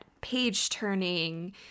page-turning